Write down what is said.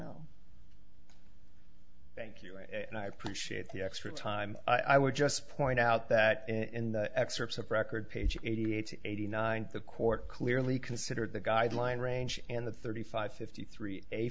me thank you and i appreciate the extra time i would just point out that in the excerpts of record page eighty eight eighty nine the court clearly considered the guideline range and the thirty five fifty three a